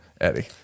Eddie